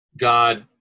God